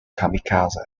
kamikaze